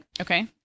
Okay